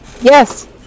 Yes